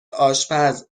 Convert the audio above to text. آشپز